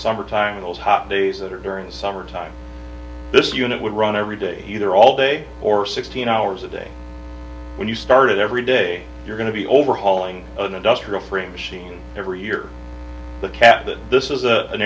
summertime those hot days that are during the summertime this unit would run every day either all day or sixteen hours a day when you started every day you're going to be overhauling an industrial free machine every year the cap that this is